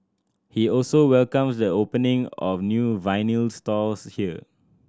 he also welcomes the opening of new vinyl stores here